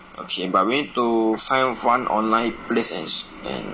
okay but we need to find one online place and sh~ and